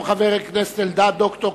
גם חבר הכנסת אלדד הוא דוקטור.